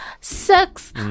sex